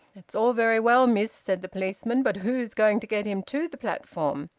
that's all very well, miss, said the policeman, but who's going to get him to the platform?